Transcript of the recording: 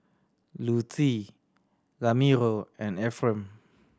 Lutie Ramiro and Efrem